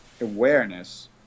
awareness